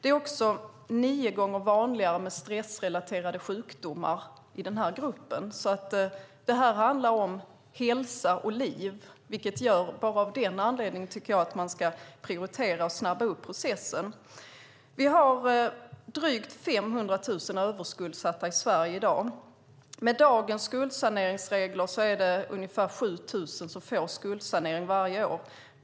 Det är också nio gånger vanligare med stressrelaterade sjukdomar i den här gruppen. Det handlar alltså om hälsa och liv, vilket gör att jag tycker att man bara av den anledningen ska prioritera och snabba upp processen. Vi har drygt 500 000 överskuldsatta personer i Sverige i dag. Med dagens skuldsaneringsregler är det ungefär 7 000 som får skuldsanering varje år.